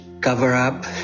cover-up